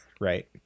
right